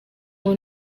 ngo